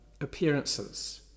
appearances